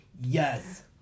Yes